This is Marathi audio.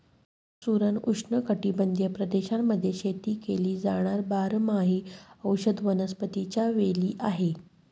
सुरण उष्णकटिबंधीय प्रदेशांमध्ये शेती केली जाणार बारमाही औषधी वनस्पतीच्या वेली आहे